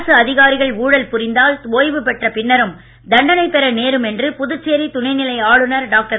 அரசு அதிகாரிகள் ஊழல் புரிந்தால் ஒய்வுபெற்ற பின்னரும் தண்டனை பெற நேரும் என்று புதுச்சேரி துணைநிலை ஆளுனர் டாக்டர்